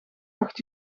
acht